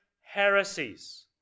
heresies